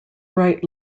right